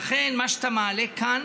לכן מה שאתה מעלה כאן